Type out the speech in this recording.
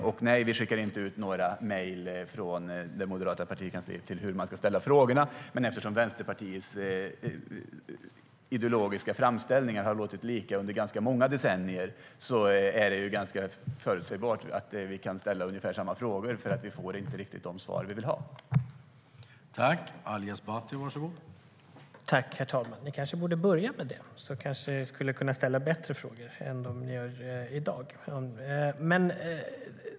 Sedan är det inte så att det skickas ut några mejl från det moderata partikansliet om hur man ska ställa frågor. Men eftersom Vänsterpartiets ideologiska framställningar har låtit likadant under ganska många decennier är de ganska förutsägbara, och vi kan ställa ungefär samma frågor eftersom vi inte får riktigt de svar som vi vill ha.